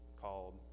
called